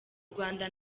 rwanda